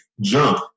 jump